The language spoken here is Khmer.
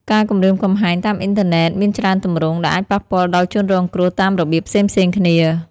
ការគំរាមកំហែងតាមអ៊ីនធឺណិតមានច្រើនទម្រង់ ដែលអាចប៉ះពាល់ដល់ជនរងគ្រោះតាមរបៀបផ្សេងៗគ្នា។